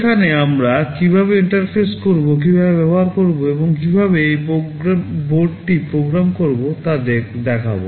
সেখানে আমরা কীভাবে ইন্টারফেস করব কীভাবে ব্যবহার করব এবং কিভাবে এই বোর্ডটি প্রোগ্রাম করব তা আমরা দেখব